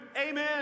Amen